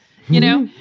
you know,